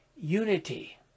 unity